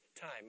time